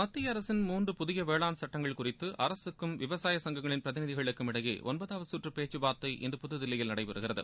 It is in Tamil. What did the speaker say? மத்திய அரசின் மூன்று புதிய வேளாண் சட்டங்கள் குறித்து அரசுக்கும் விவசாய சங்கங்களின் பிரதிநிதிகளுக்கும் இடையே ஒன்பதாவது கற்று பேச்சுவா்த்தை இன்று புதுதில்லியில் நடைபெறுகிறது